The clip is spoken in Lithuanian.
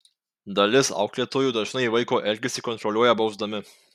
dalis auklėtojų dažnai vaiko elgesį kontroliuoja bausdami